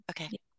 Okay